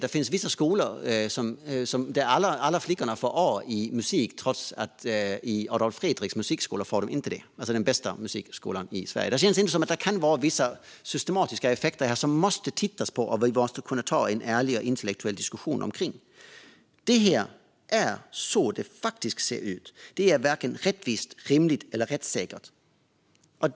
Det finns vissa skolor där alla flickor får A i musik trots att alla flickor inte får det i Adolf Fredriks musikskola, som är den bästa musikskolan i Sverige. Det känns som att det kan finnas vissa systematiska effekter här som måste tittas på och som vi måste kunna ta en ärlig och intellektuell diskussion om. Det är så här det faktiskt ser ut, och det är varken rättvist, rimligt eller rättssäkert.